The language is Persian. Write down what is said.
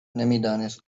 نمیدانست